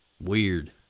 Weird